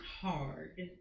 hard